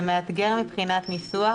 זה מאתגר מבחינת ניסוח,